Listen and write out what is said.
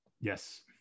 Yes